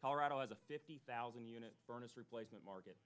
colorado as a fifty thousand unit furnace replacement market